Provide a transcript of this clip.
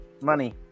money